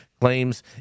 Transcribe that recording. claims